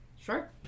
Sure